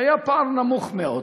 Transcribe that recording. היה פער נמוך מאוד.